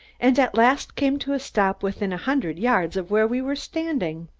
and at last came to a stop within a hundred yards of where we were standing.